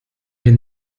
den